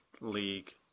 league